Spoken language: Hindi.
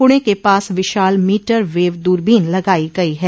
पुणे के पास विशाल मीटर वेव दूरबीन लगाई गई है